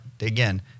again